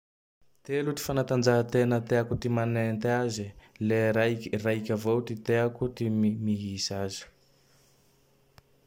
Telo ty fanatanjan-tena teako ty manety aze. Le raik-raiky avao ty teako ty mi-mihisa azy